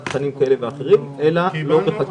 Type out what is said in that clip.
תכנים כאלה ואחרים אלא לא בחקיקה ראשית.